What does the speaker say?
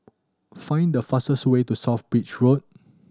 find the fastest way to South Bridge Road